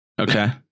Okay